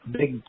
big